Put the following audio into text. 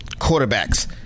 Quarterbacks